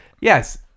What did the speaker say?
Yes